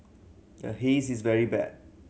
the Haze is very bad